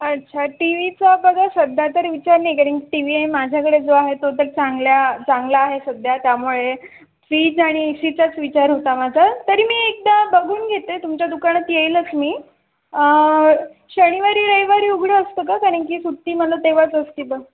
अच्छा टीव्हीचा बघा सध्या तर विचार नाही कारण की टीव्ही आहे माझ्याकडे जो आहे तो तर चांगल्या चांगला आहे सध्या त्यामुळे फ्रीज आणि ए सी चाच विचार होता माझा तरी मी एकदा बघून घेते तुमच्या दुकानात येईलच मी शनिवारी रविवारी उघडं असतं का कारण की सुट्टी मला तेव्हाच असती ब